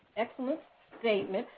excellent statement.